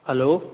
हलो